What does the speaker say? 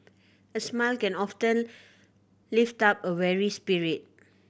a smile can often lift up a weary spirit